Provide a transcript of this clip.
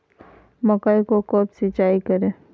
मकई को कब सिंचाई करे?